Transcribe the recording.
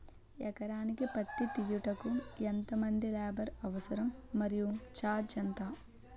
ఎకరానికి పత్తి తీయుటకు ఎంత మంది లేబర్ అవసరం? మరియు ఛార్జ్ ఎంత?